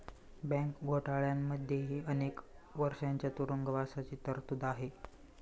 bank घोटाळ्यांमध्येही अनेक वर्षांच्या तुरुंगवासाची तरतूद आहे